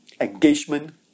engagement